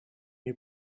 you